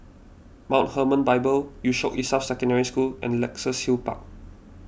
Mount Hermon Bible Yusof Ishak Secondary School and Luxus Hill Park